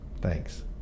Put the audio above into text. Thanks